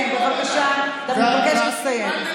כן, בבקשה, אתה מתבקש לסיים.